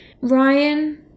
Ryan